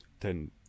ten